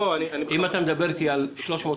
אם אתה מדבר איתי על 350